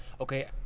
okay